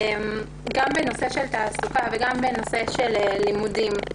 גם בתעסוקה וגם בלימודים,